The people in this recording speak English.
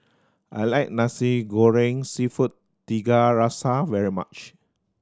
I like Nasi Goreng Seafood Tiga Rasa very much